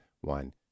one